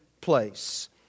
place